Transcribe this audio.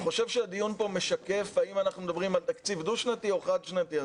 אני חושב שהדיון כאן משקף אם אנחנו מדברים על תקציב דו שנתי או חד שנתי.